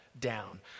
down